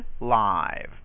live